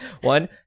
one